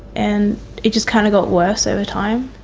and it just kind of got worse over time.